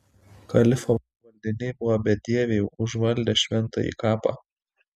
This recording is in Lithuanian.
kalifo valdiniai buvo bedieviai užvaldę šventąjį kapą